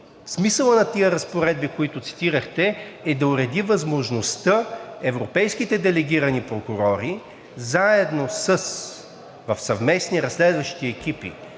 Смисълът на тези разпоредби, които цитирахте, е да уреди възможността европейските делегирани прокурори заедно, в съвместни разследващи екипи